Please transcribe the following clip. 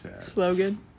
Slogan